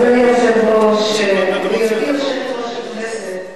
אדוני היושב-ראש, בהיותי יושבת-ראש הכנסת הגיעו,